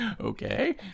Okay